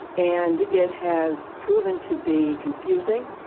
and it has proven to be confusing.